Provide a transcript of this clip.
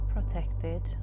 protected